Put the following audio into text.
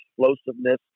explosiveness